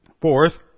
Fourth